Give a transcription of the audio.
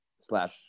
slash